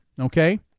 okay